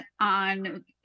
on